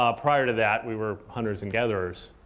ah prior to that, we were hunters and gatherers.